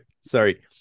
sorry